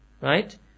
Right